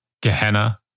Gehenna